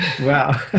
Wow